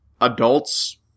adults